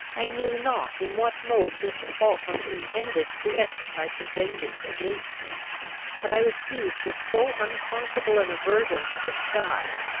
i knew not in what mode mr. falkland intended to exercise his vengeance against me but i was seized with so unconquerable an aversion to disguise,